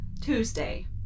Tuesday